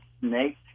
snake